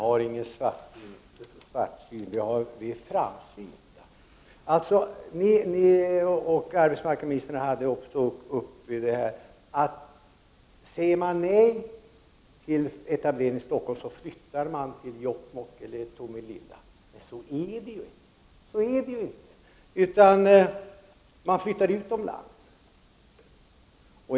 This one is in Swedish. Herr talman! Jag har ingen svartsyn, däremot är jag framsynt. Arbetsmarknadsministern sade att om man får nej till Stockholm så flyttar man till Jokkmokk eller Tomelilla. Men så är det inte, man flyttar utomlands.